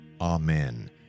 Amen